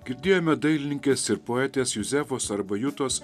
girdėjome dailininkės ir poetės juzefos arba jutos